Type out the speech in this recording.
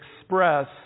express